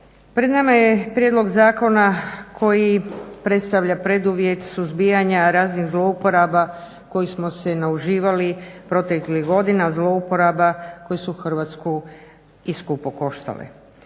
Pred nama je prijedlog zakona koji predstavlja preduvjet suzbijanja raznih zlouporaba kojih smo se nauživali proteklih godina, zlouporaba koje su Hrvatsku i skupo koštale.